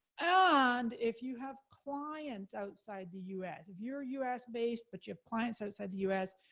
and if you have clients outside the us, if you're us based, but you have clients outside the us,